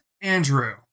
Andrew